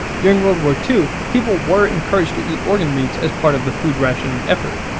during world war two, people were encouraged to eat organ meats as part of the food rationing effort.